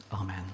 Amen